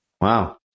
Wow